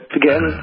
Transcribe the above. again